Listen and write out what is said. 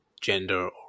gender